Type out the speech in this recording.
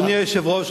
אדוני היושב-ראש,